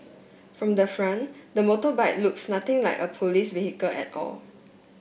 from the front the motorbike looks nothing like a police vehicle at all